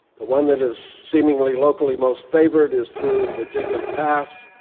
the one that is seemingly locally most favorite is through the jiggly pass,